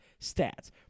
stats